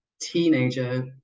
teenager